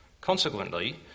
Consequently